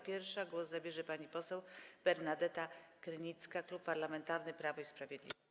Pierwsza głos zabierze pani poseł Bernadeta Krynicka, Klub Parlamentarny Prawo i Sprawiedliwość.